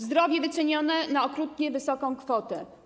Zdrowie wycenione na okrutnie wysoką kwotę.